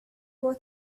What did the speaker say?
was